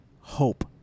hope